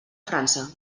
frança